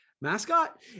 mascot